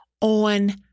on